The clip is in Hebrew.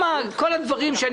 הוא לא אמר את זה.